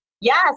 Yes